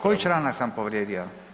Koji članak sam povrijedio?